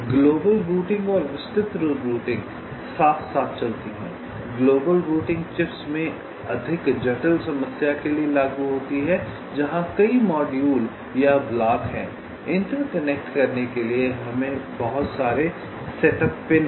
global routing और विस्तृत routing साथ साथ चलती हैं ग्लोबल रूटिंग चिप्स में अधिक जटिल समस्या के लिए लागू होती है जहां कई मॉड्यूल या ब्लॉक हैं इंटरकनेक्ट करने के लिए बहुत सारे सेट अप पिन हैं